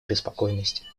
обеспокоенности